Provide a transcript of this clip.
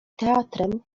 teatrem